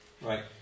Right